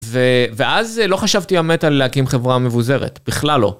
ואז לא חשבתי, האמת, על להקים חברה מבוזרת. בכלל לא.